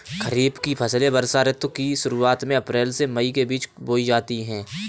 खरीफ की फसलें वर्षा ऋतु की शुरुआत में अप्रैल से मई के बीच बोई जाती हैं